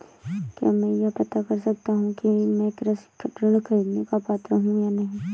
क्या मैं यह पता कर सकता हूँ कि मैं कृषि ऋण ख़रीदने का पात्र हूँ या नहीं?